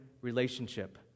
relationship